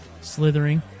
Slithering